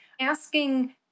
asking